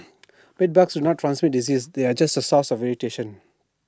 bedbugs do not transmit diseases they are just A source of irritation